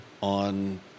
on